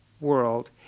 world